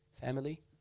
family